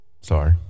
Sorry